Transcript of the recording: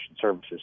services